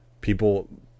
people